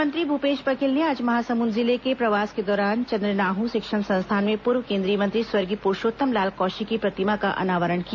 मुख्यमंत्री भूपेश बघेल ने आज महासमुंद जिले के प्रवास के दौरान चन्द्रनाहु शिक्षण संस्थान में पूर्व केंद्रीय मंत्री स्वर्गीय पुरूषोत्तम लाल कौशिक की प्रतिमा का अनावरण किया